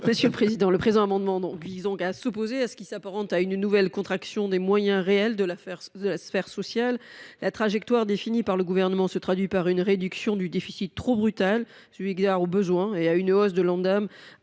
n° 46 rectifié . Par cet amendement, nous nous opposons à ce qui s’apparente à une nouvelle contraction des moyens réels de la sphère sociale. La trajectoire définie par le Gouvernement se traduit par une réduction du déficit trop brutale eu égard aux besoins et par une hausse de l’Ondam